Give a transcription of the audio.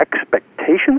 expectations